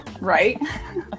right